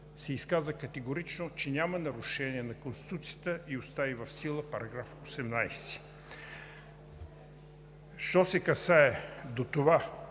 се изказа категорично, че няма нарушение на Конституцията и остави в сила § 18. Що се касае до това